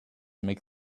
make